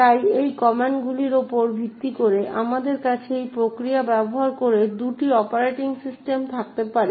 তাই এই কমান্ডগুলির উপর ভিত্তি করে আমাদের কাছে একই প্রক্রিয়া ব্যবহার করে দুটি অপারেটিং সিস্টেম থাকতে পারে